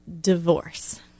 Divorce